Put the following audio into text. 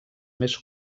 més